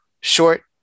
short